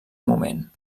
moment